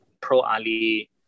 pro-Ali